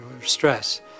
stress